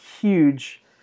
huge